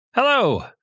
Hello